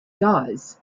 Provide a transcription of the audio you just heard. dies